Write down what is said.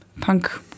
punk